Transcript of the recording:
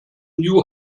new